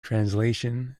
translation